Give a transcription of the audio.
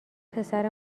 پسر